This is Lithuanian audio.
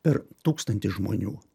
per tūkstantį žmonių